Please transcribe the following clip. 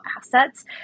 assets